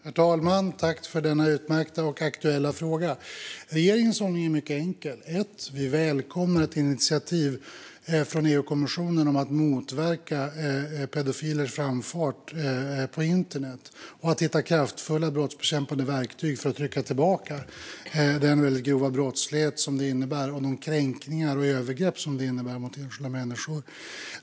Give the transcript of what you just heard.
Herr talman! Jag tackar för denna utmärkta och aktuella fråga. Regeringens hållning är mycket enkel. Det första är att vi välkomnar ett initiativ från EU-kommissionen för att motverka pedofilers framfart på internet och hitta kraftfulla brottsbekämpande verktyg för att trycka tillbaka den väldigt grova brottslighet som detta innebär och de kränkningar och övergrepp som det innebär mot enskilda människor.